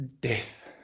death